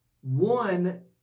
One